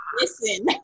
listen